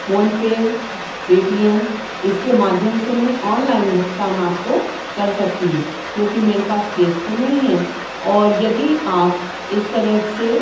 PhonePe Paytm इसके माध्यम से मैं ऑनलाइन भुगतान आपको कर सकती हूँ क्योंकि मेरे पास केस तो नहीं है और यदि आप इस तरह से